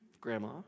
Grandma